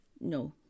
no